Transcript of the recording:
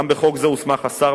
גם בחוק זה הוסמך השר,